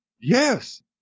Yes